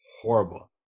horrible